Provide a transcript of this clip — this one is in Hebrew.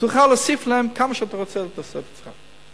שתוכל להוסיף להם כמה שאתה רוצה לתוספת השכר,